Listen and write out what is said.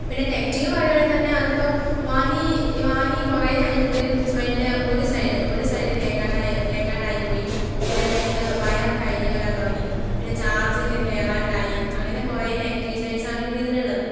പിന്നെ നെഗറ്റീവ് പറയുവാണെങ്കിൽ തന്നെ അതിപ്പം വാങ്ങി വാങ്ങി കുറേ കഴിഞ്ഞപ്പോഴത്തേനും അതിൻ്റെ ഒരു സൈഡ് ഒരു സൈഡ് കേൾക്കാണ്ടായി കേൾക്കാണ്ടായിപ്പോയി പിന്നെ അതിന്റെ വയർ ഒക്കെ അഴിഞ്ഞുവരാൻ തുടങ്ങി പിന്നെ ചാർജിങ് ഇങ്ങനെ കയറാണ്ടായി അങ്ങനെ കുറേ നെഗറ്റീവ് സൈൻസ് ആണ് പിന്നെ ഇതിനുള്ളത്